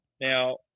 now